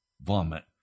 vomit